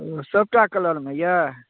ओ सबटा कलरमे यऽ